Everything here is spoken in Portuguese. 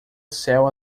céu